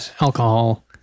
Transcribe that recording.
alcohol